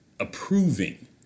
Approving